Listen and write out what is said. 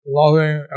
loving